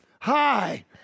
hi